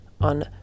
on